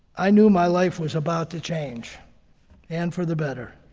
i knew my life was about to change and for the better.